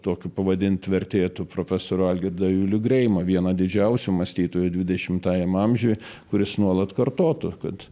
tokiu pavadint vertėtų profesorių algirdą julių greimą vieną didžiausių mąstytojų dvidešimtajam amžiui kuris nuolat kartotų kad